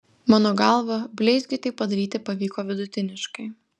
mano galva bleizgiui tai padaryti pavyko vidutiniškai